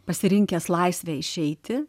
pasirinkęs laisvę išeiti